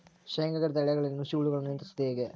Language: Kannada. ಶೇಂಗಾ ಗಿಡದ ಎಲೆಗಳಲ್ಲಿ ನುಷಿ ಹುಳುಗಳನ್ನು ನಿಯಂತ್ರಿಸುವುದು ಹೇಗೆ?